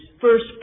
first